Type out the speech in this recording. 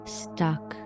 stuck